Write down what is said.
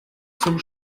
zum